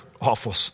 awful